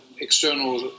external